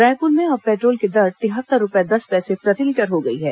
रायपुर में अब पेट्रोल की दर तिहत्तर रुपए दस पैसे प्रतिलीटर हो गई है